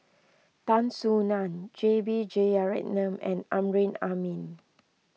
Tan Soo Nan J B Jeyaretnam and Amrin Amin